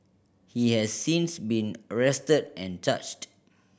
he has since been arrested and charged